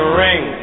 ring